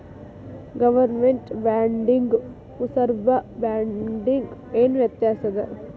government ಬಾಂಡಿಗೂ ಪುರ್ಸಭಾ ಬಾಂಡಿಗು ಏನ್ ವ್ಯತ್ಯಾಸದ